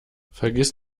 vergiss